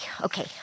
Okay